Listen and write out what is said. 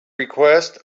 request